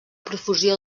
profusió